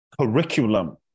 curriculum